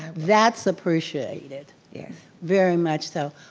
that's appreciated, yeah very much so.